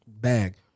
bag